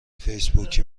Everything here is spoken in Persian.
فیسبوکی